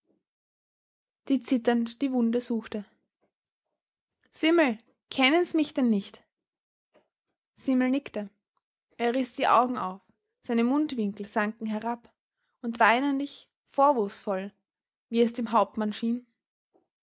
die zitternd die wunde suchte simmel kennen's mich denn nicht simmel nickte er riß die augen auf seine mundwinkel sanken herab und weinerlich vorwurfsvoll wie es dem hauptmann schien